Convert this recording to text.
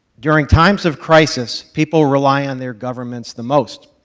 during times of crisis, people rely on their governments the most,